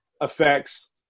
affects